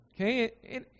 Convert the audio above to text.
okay